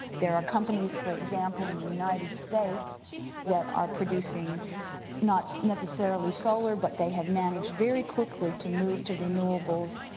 there are companies for example in the united states that are producing not necessarily solar but they have managed very quickly to move to renewables,